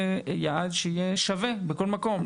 ויעד שיהיה שווה בכל מקום.